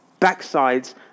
backsides